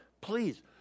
please